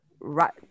right